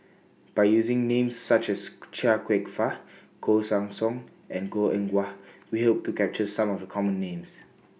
By using Names such as Chia Kwek Fah Koh Guan Song and Goh Eng Wah We Hope to capture Some of The Common Names